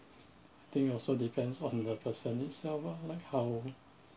I think it also depends on the person itself lah like how